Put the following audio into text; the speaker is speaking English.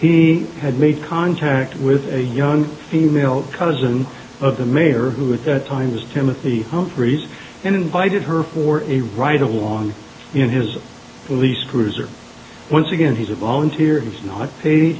he had made contact with a young female cousin of the mayor who at that time was timothy humphries and invited her for a ride along in his police cruiser once again he's a volunteer he's not